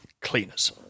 cleaners